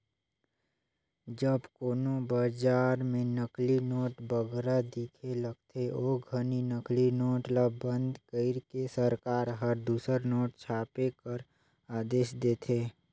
जब कोनो बजार में नकली नोट बगरा दिखे लगथे, ओ घनी नकली नोट ल बंद कइर के सरकार हर दूसर नोट छापे कर आदेस देथे